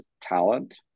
talent